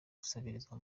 gusabiriza